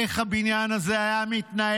איך הבניין הזה היה מתנהג?